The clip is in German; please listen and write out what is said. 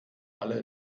alle